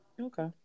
Okay